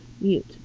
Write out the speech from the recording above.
mute